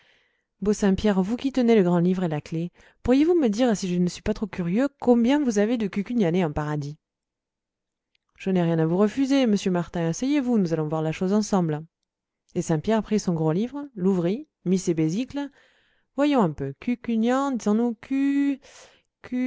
pierre vous qui tenez le grand livre et la clef pourriez-vous me dire si je ne suis pas trop curieux combien vous avez de cucugnanais en paradis je n'ai rien à vous refuser monsieur martin asseyez-vous nous allons voir la chose ensemble et saint pierre prit son gros livre l'ouvrit mit ses besicles voyons un peu